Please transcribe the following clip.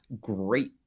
great